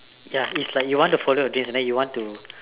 ya it's like you want to follow your dreams and then you want to